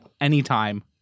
anytime